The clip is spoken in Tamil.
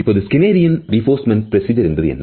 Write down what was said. இப்போது Skinner reinforcement procedureஎன்பது என்ன